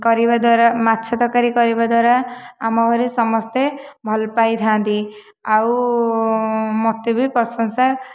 କରିବା ଦ୍ୱାରା ମାଛ ତରକାରୀ କରିବା ଦ୍ୱାରା ଆମ ଘରେ ସମସ୍ତେ ଭଲ ପାଇଥାନ୍ତି ଆଉ ମୋତେ ବି ପ୍ରଶଂସା